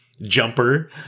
Jumper